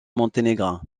monténégrin